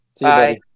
Bye